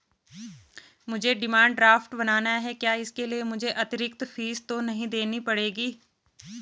मुझे demand draft बनाना है क्या इसके लिए मुझे अतिरिक्त फीस तो नहीं देनी पड़ेगी?